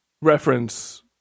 reference